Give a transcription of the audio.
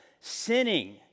sinning